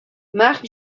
marc